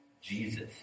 Jesus